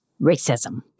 Racism